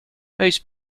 most